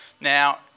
Now